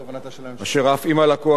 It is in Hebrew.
אשר אף אם הלקוח יקרא את כולו,